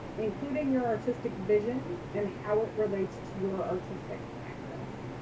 including your artistic vision, and how it relates to your artistic practice.